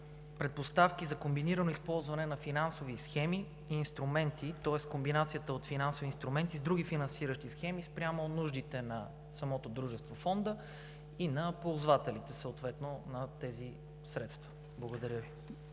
предпоставки за комбинирано използване на финансови схеми и инструменти, тоест комбинацията от финансови инструменти с други финансиращи схеми спрямо нуждите на самото дружество – Фонда, и съответно на ползвателите на тези средства? Благодаря Ви.